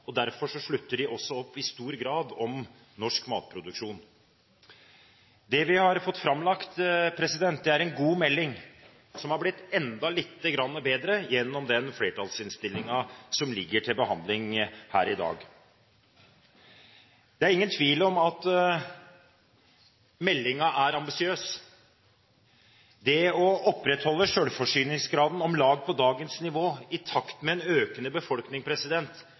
Derfor slutter de også i stor grad opp om norsk matproduksjon. Det vi har fått framlagt, er en god melding, som er blitt enda lite grann bedre gjennom den flertallsinnstillingen som ligger til behandling her i dag. Det er ingen tvil om at meldingen er ambisiøs. Det å opprettholde selvforsyningsgraden om lag på dagens nivå, i takt med en økende befolkning,